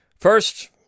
First